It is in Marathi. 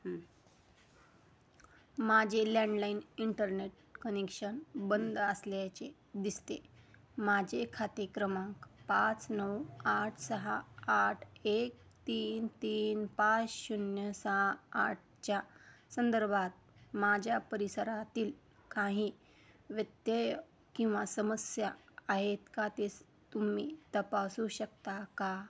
हं माझे लँडलाईन इंटरनेट कनेक्शन बंद असल्याचे दिसते माझे खाते क्रमांक पाच नऊ आठ सहा आठ एक तीन तीन पाच शून्य सहा आठच्या संदर्भात माझ्या परिसरातील काही व्यत्यय किंवा समस्या आहेत का ते तुम्ही तपासू शकता का